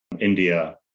India